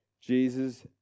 Jesus